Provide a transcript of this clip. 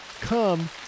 come